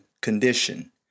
Condition